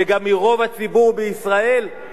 וגם מרוב הציבור בישראל.